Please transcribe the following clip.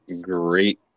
great